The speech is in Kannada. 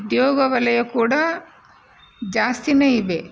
ಉದ್ಯೋಗ ವಲಯ ಕೂಡ ಜಾಸ್ತಿನೇ ಇವೆ